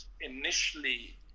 initially